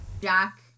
Jack